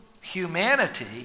humanity